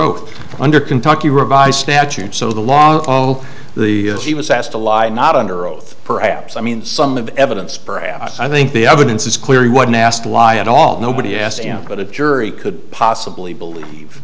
oath under kentucky revised statutes so the law the he was asked to lie not under oath perhaps i mean some of the evidence perhaps i think the evidence is clear he wasn't asked why at all nobody asked him but a jury could possibly believe